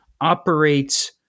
operates